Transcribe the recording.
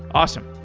awesome.